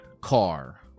car